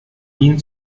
ihn